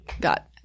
got